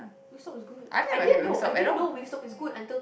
Wing-Stop was good I didn't know I didn't know Wing-Stop is good until